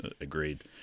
agreed